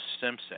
Simpson